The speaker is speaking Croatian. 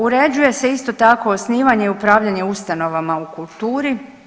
Uređuje se isto tako, osnivanje i upravljanje ustanovama u kulturi.